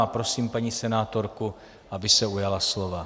A prosím paní senátorku, aby se ujala slova.